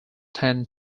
tend